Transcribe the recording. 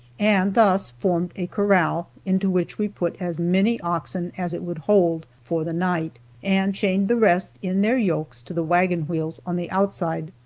and thus formed a corral, into which we put as many oxen as it would hold, for the night, and chained the rest in their yokes to the wagon wheels on the outside.